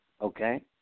okay